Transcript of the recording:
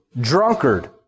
drunkard